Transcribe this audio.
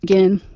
Again